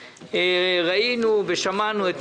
במידה והמדינה לא תחליט איזה גורם באמת מתכלל את זה,